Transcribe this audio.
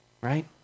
right